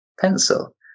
pencil